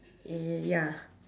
ya